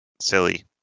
silly